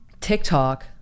TikTok